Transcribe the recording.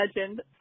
legend